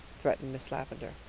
threatened miss lavendar.